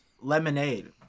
lemonade